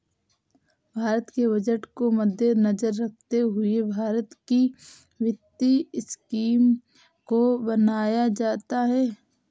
भारत के बजट को मद्देनजर रखते हुए भारत की वित्तीय स्कीम को बनाया जाता है